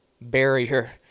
barrier